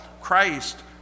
Christ